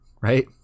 right